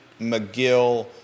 McGill